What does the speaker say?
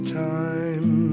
time